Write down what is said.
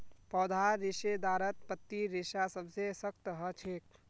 पौधार रेशेदारत पत्तीर रेशा सबसे सख्त ह छेक